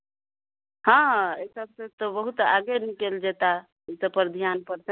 हँ एहि सभसँ तऽ बहुत आगे निकलि जेता इसभ पर ध्यान पड़तनि